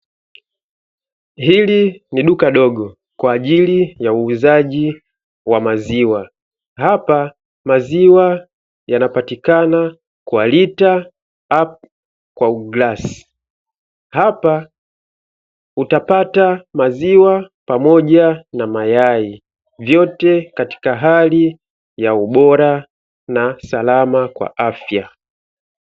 Hili ni duka dogo kwa ajili ya uuzaji wa maziwa, hapa maziwa yanapatikana kwa lita au kwa glasi, hapa utapata maziwa pamoja na mayai, vyote katika hali ya ubora na salama kwa afya.